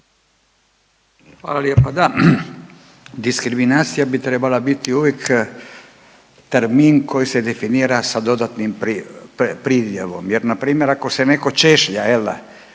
Hvala lijepa. Da, diskriminacija bi trebala biti uvijek termin koji se definira sa dodatnim pridjevom. Jer na primjer ako se netko češlja